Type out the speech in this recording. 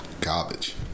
garbage